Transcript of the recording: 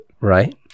right